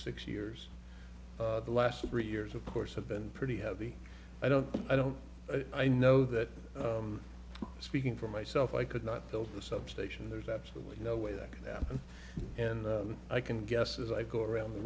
six years the last three years of course have been pretty heavy i don't i don't i know that speaking for myself i could not build the substation there's absolutely no way that could happen and i can guess as i go around the